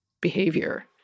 behavior